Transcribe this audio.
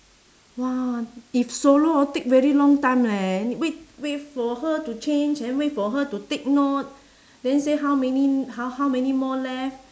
!wah! if solo hor take very long time leh wait wait for her to change then wait for her to take note then say how many how how many more left